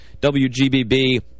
WGBB